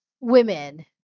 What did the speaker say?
women